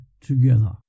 together